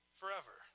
forever